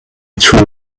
true